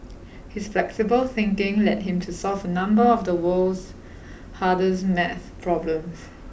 his flexible thinking led him to solve a number of the world's hardest maths problems